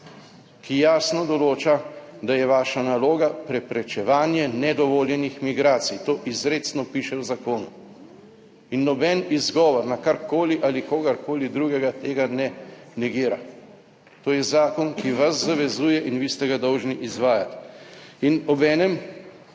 ki jasno določa, da je vaša naloga preprečevanje nedovoljenih migracij. To izrecno piše v zakonu. Noben izgovor na karkoli ali kogarkoli drugega tega ne negira. To je zakon, ki vas zavezuje in vi ste ga dolžni izvajati. Obenem